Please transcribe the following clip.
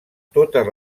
totes